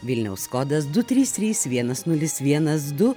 vilniaus kodas du trys trys vienas nulis vienas du